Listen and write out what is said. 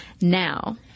now